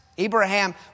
Abraham